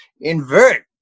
invert